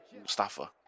Mustafa